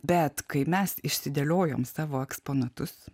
bet kai mes išsidėliojom savo eksponatus